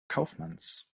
kaufmanns